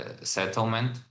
settlement